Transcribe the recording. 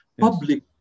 public